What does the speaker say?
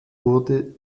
wurde